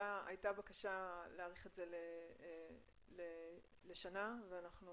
הייתה בקשה להאריך את זז לשנה ואנחנו